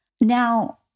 now